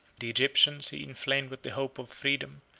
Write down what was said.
the egyptians he inflamed with the hope of freedom,